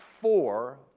four